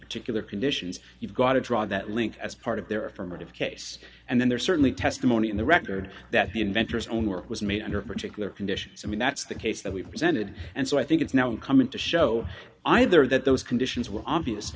particular conditions you've got to draw that link as part of their affirmative case and then there's certainly testimony in the record that the inventor's own work was made under particular conditions i mean that's the case that we've presented and so i think it's now incumbent to show either that those conditions were obvious